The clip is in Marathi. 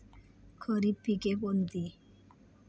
खरीप पिके कोणती?